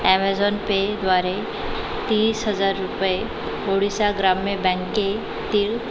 Amazon पेद्वारे तीस हजार रुपये ओडिसा ग्राम्य बँकेतील